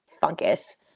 fungus